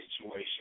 situation